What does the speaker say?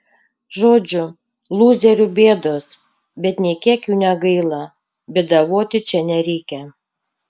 žodžiu lūzerių bėdos bet nė kiek jų negaila bėdavoti čia nereikia